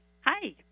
Hi